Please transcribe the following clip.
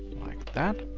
like that,